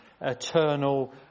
eternal